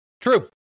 True